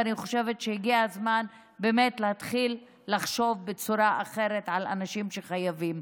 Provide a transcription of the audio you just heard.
ואני חושבת שהגיע הזמן להתחיל לחשוב בצורה אחרת על אנשים שחייבים.